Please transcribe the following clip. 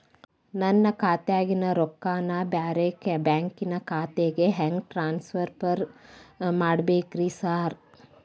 ನನ್ನ ಖಾತ್ಯಾಗಿನ ರೊಕ್ಕಾನ ಬ್ಯಾರೆ ಬ್ಯಾಂಕಿನ ಖಾತೆಗೆ ಹೆಂಗ್ ಟ್ರಾನ್ಸ್ ಪರ್ ಮಾಡ್ಬೇಕ್ರಿ ಸಾರ್?